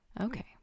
Okay